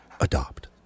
Adopt